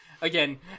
again